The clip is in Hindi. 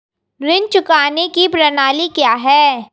ऋण चुकाने की प्रणाली क्या है?